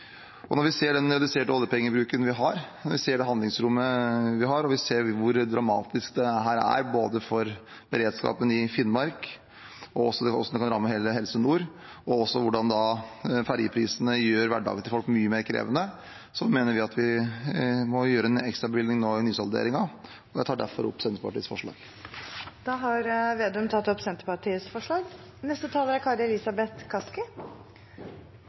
Når vi ser den reduserte oljepengebruken, det handlingsrommet vi har, hvor dramatisk dette er for beredskapen i Finnmark, hvordan det kan ramme hele Helse Nord, og også hvordan ferjeprisene gjør hverdagen til folk mye mer krevende, mener vi at vi må gjøre en ekstrabevilgning nå i nysalderingen. Jeg tar derfor opp Senterpartiets forslag. Representanten Trygve Slagsvold Vedum har tatt opp